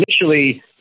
initially